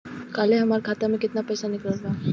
काल्हे हमार खाता से केतना पैसा निकलल बा?